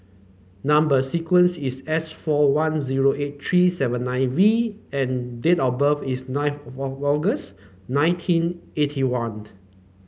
number sequence is S four one zero eight three seven nine V and date of birth is nine August nineteen eighty one